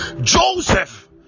Joseph